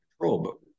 control